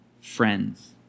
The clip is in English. friends